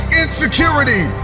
insecurity